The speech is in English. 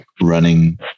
running